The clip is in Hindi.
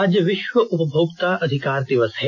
आज विश्व उपभोक्ता अधिकार दिवस है